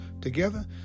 Together